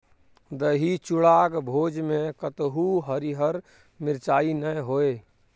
दही चूड़ाक भोजमे कतहु हरियर मिरचाइ नै होए